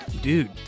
Dude